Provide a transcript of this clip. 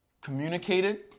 Communicated